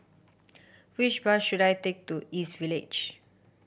which bus should I take to East Village